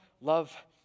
love